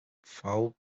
vfb